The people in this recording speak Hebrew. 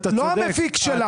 לא המפיק שלה.